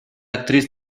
actriz